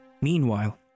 Meanwhile